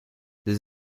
des